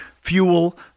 fuel